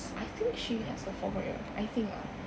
I think she has a four point O I think ah